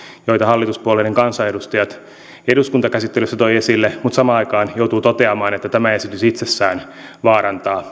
joita hallituspuolueiden kansanedustajat eduskuntakäsittelyssä toivat esille mutta samaan aikaan joudun toteamaan että tämä esitys itsessään vaarantaa